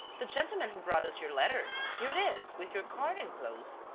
the gentleman who brought us your letter. here it is, with your card enclosed.